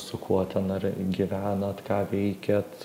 su kuo ten ar gyvenot ką veikėt